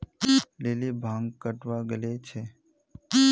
lily भांग कटावा गले छे